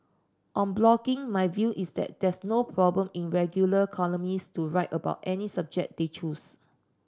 on blogging my view is that there's no problem in regular columnists to write about any subject they choose